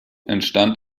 entstand